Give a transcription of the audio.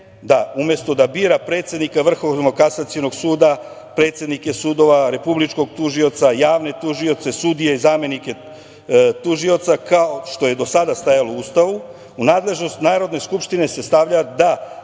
umesto da bira predsednika Vrhovnog kasacionog suda, predsednike sudova, Republičkog tužioca i javne tužioce, sudije i zamenike tužioca, kao što je do sada stajalo u Ustavu. U nadležnost Narodne skupštine se stavlja da